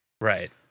Right